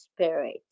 Spirit